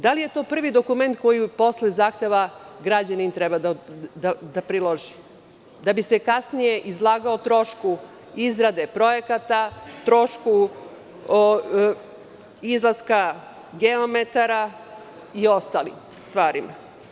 Da li je to prvi dokument koji posle zahteva građanin treba da priloži, da bi se kasnije izlagao trošku izrade projekata, trošku izlaska geometara i ostalim stvarima?